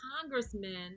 congressmen